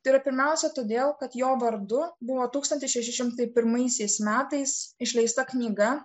tai yra pirmiausia todėl kad jo vardu buvo tūkstantis šeši šimtai pirmaisiais metais išleista knyga